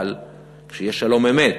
אבל שיהיה שלום אמת,